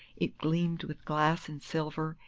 it gleamed with glass and silver,